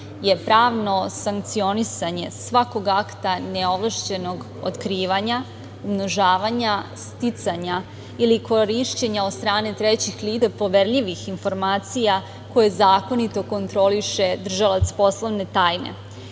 je pravno sankcionisanje svakog akta neovlašćenog otkrivanja, umnožavanja, sticanja ili korišćenja od strane trećih lica poverljivih informacija koje zakonito kontroliše držalac poslovne tajne,